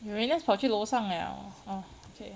uranus 跑去楼上 liao oh okay